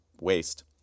waste